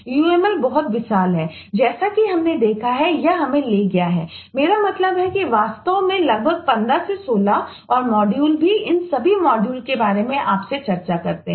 uml बहुत विशाल है जैसा कि हमने देखा है यह हमें ले गया है मेरा मतलब है कि वास्तव में लगभग 15 16 और मॉड्यूलके बारे में आपसे चर्चा करते हैं